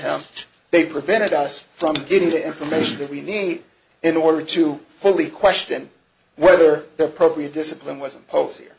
him they prevented us from getting the information that we need in order to fully question whether the appropriate discipline wasn't posts here